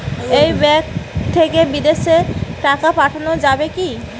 এই ব্যাঙ্ক থেকে বিদেশে টাকা পাঠানো যাবে কিনা?